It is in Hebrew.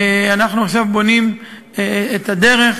ואנחנו עכשיו בונים את הדרך,